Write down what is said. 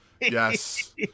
Yes